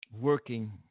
working